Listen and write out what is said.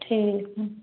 ठीक है